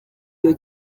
iyo